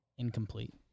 Incomplete